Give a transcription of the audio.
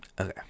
Okay